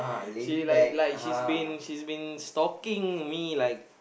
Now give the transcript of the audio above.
she like like she being she being stalking me like